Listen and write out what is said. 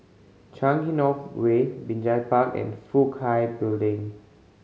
Changi North Way Binjai Park and Fook Kai Building